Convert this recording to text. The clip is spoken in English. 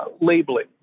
labeling